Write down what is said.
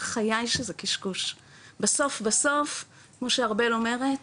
בחיי שזה קשקוש, בסוף בסוף, כמו שארבל אומרת,